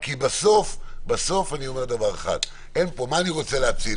כי בסוף אני אומר דבר אחד: מה אני רוצה להציל?